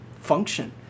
function